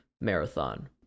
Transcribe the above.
marathon